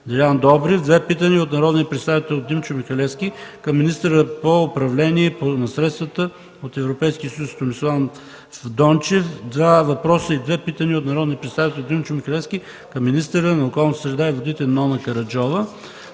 две питания от народния представител Димчо Михалевски към министъра по управление на средствата от Европейския съюз Томислав Дончев; - два въпроса и 2 питания от народния представител Димчо Михалевски към министъра на околната среда и водите Нона Караджова;